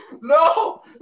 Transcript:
No